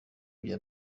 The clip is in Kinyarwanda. bya